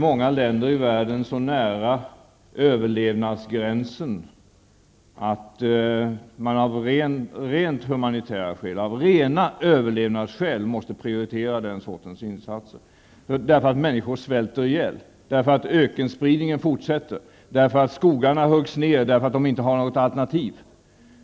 Många länder i världen befinner sig så nära överlevnadsgränsen att man av rent humanitära skäl, av rena överlevnadsskäl, måste prioritera den sortens insatser. Människor svälter ihjäl, ökenspridningen fortsätter och man hugger ned skogarna, eftersom man inte har något alternativ.